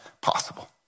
possible